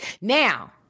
Now